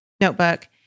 notebook